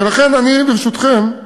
ולכן אני, ברשותכם,